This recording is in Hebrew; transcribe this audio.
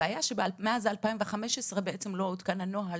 הבעיה היא שמאז 2015 בעצם לא עודכן הנוהל